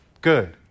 good